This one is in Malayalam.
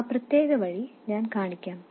ആ പ്രത്യേക ഇതരമാർഗ്ഗം ഞാൻ കാണിക്കാം